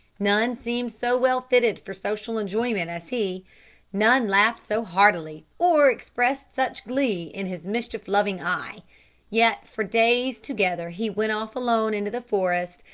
none seemed so well fitted for social enjoyment as he none laughed so heartily, or expressed such glee in his mischief-loving eye yet for days together he went off alone into the forest,